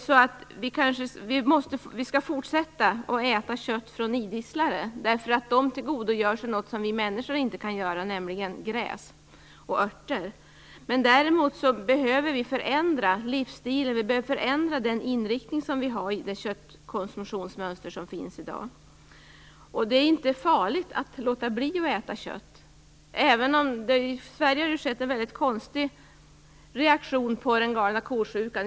Vi skall fortsätta att äta kött från idisslare, därför att de tillgodogör sig något som vi människor inte kan, nämligen gräs och örter. Däremot behöver vi förändra livsstilen. Vi behöver förändra inriktningen i det köttkonsumtionsmönster som vi har i dag. Det är inte farligt att låta bli att äta kött. I Sverige har det skett en mycket konstig reaktion på galna ko-sjukan.